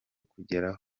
kugeraho